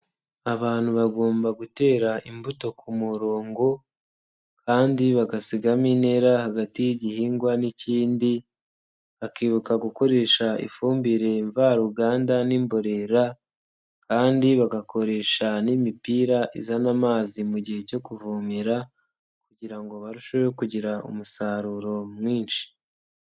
Abantu bagomba gutera imbuto ku murongo kandi bagasigamo intera hagati y'igihingwa n'ikindi, bakibuka gukoresha ifumbire mvaruganda n'imborera kandi bagakoresha n'imipira izana amazi mu gihe cyo kuvomera kugira ngo barusheho kugira umusaruro mwinshi.